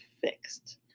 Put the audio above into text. fixed